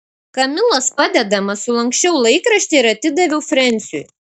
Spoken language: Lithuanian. kamilos padedamas sulanksčiau laikraštį ir atidaviau frensiui